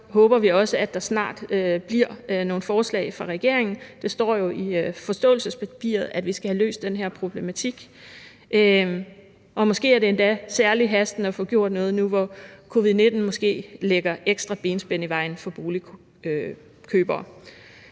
så håber vi også, at der snart kommer nogle forslag fra regeringen. Det står jo i forståelsespapiret, at vi skal have løst den her problematik, og måske er det endda særlig hastende at få gjort noget nu, hvor covid-19 måske lægger ekstra benspænd i vejen for boligkøbere.